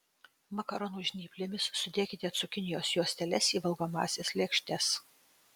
makaronų žnyplėmis sudėkite cukinijos juosteles į valgomąsias lėkštes